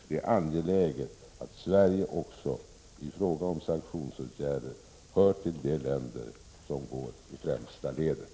Det är angeläget att Sverige också i fråga om sanktionsåtgärder hör till de länder som går i främsta ledet.